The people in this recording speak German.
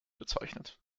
bezeichnet